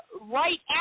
right